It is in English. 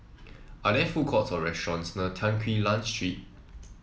are there food courts or restaurants near Tan Quee Lan Street